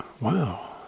wow